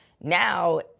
now